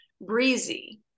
breezy